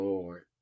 Lord